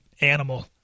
animal